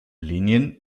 linien